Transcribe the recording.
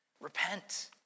repent